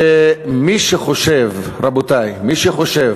ומי שחושב, רבותי, מי שחושב